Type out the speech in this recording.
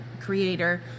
creator